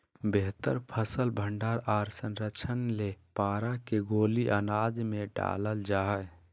बेहतर फसल भंडारण आर संरक्षण ले पारा के गोली अनाज मे डालल जा हय